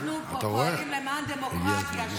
אנחנו פועלים למען דמוקרטיה -- כן, כן.